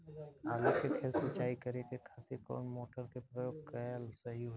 आलू के खेत सिंचाई करे के खातिर कौन मोटर के प्रयोग कएल सही होई?